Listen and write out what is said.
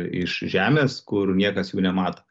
iš žemės kur niekas jų nemato